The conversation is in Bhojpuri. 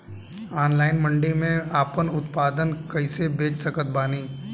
ऑनलाइन मंडी मे आपन उत्पादन कैसे बेच सकत बानी?